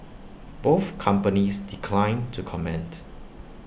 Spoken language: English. both companies declined to comment